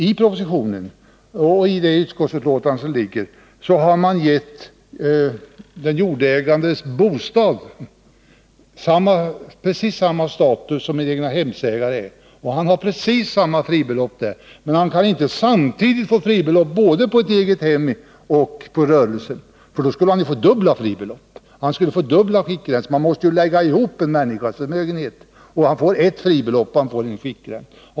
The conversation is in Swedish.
I propositionen och i utskottsbetänkandet har man gett "den jordägandes bostad precis samma status som en egnahemsägares, och han har precis samma fribelopp. Men han kan inte samtidigt få fribelopp både på ett eget hem och på rörelse, för då skulle han ju få dubbelt fribelopp och fördubbla skiktgränserna. Man måste lägga ihop en människas förmögenhet, och hon får bara ett fribelopp för denna.